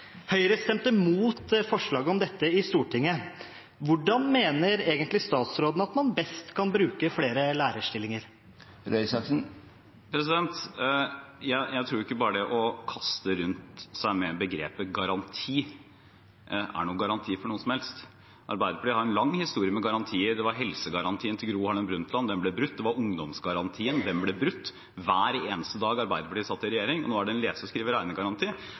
Høyre stemte imot forslaget om dette i Stortinget. Hvordan mener egentlig statsråden at man best kan bruke flere lærerstillinger? Jeg tror ikke at bare å kaste rundt seg med begrepet «garanti» er noen garanti for noe som helst. Arbeiderpartiet har en lang historie med garantier. Det var helsegarantien til Gro Harlem Brundtland – den ble brutt. Det var ungdomsgarantien – den ble brutt hver eneste dag Arbeiderpartiet satt i regjering. Og nå er det en lese-, skrive- og regnegaranti.